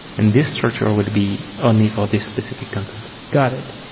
and this structure would be only for this specific content. got it.